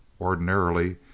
Ordinarily